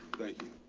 thank you.